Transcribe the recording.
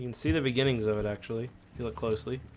and see the beginnings of it actually if you look closely